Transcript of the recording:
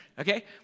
Okay